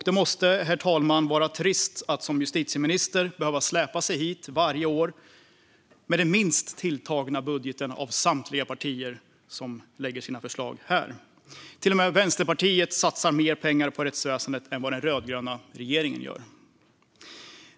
Det måste vara trist, herr talman, att som justitieminister behöva släpa sig hit varje år med den minst tilltagna budgeten av samtliga partier som lägger fram sina förslag här. Till och med Vänsterpartiet satsar mer pengar på rättsväsendet än vad den rödgröna regeringen gör.